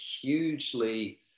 hugely